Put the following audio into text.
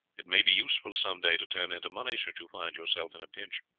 it may be useful some day to turn into money should you find yourself in a pinch.